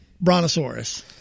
brontosaurus